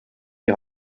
die